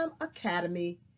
Academy